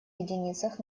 единицах